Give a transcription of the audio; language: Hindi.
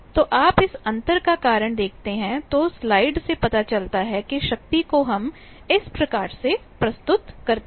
तो आप इस अंतर का कारण देखते हैं तो स्लाइड से पता चलता है कि शक्ति को हम इस प्रकार से प्रस्तुत करते हैं